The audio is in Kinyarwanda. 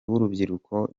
w’urubyiruko